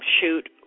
shoot